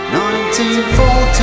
1914